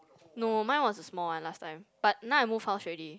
no mine was a small one last time but now I move house already